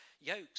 yokes